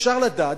אפשר לדעת,